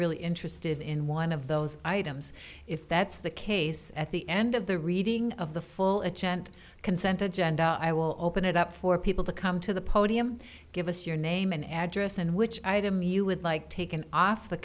really interested in one of those items if that's the case at the end of the reading of the full extent consent agenda i will open it up for people to come to the podium give us your name and address and which item you would like taken off the